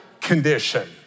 condition